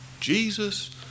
Jesus